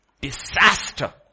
disaster